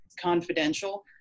confidential